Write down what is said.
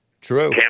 true